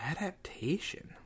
Adaptation